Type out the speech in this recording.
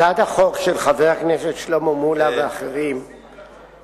הצעת החוק של חבר הכנסת שלמה מולה ואחרים מבקשת